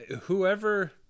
whoever